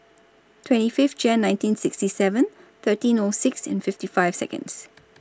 twenty five January nineteen sixty seven thirteen O six and fifty five Seconds